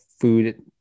food